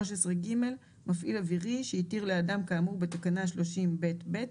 (13ג) מפעיל אווירי שהתיר לאדם כאמור בתקנה 30ב(ב)